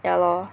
ya lor